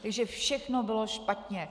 Takže všechno bylo špatně.